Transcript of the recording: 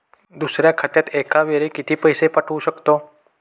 दुसऱ्या खात्यात एका वेळी किती पैसे पाठवू शकतो?